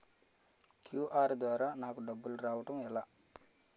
QR ద్వారా నాకు డబ్బులు రావడం ఎలా?